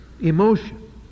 emotion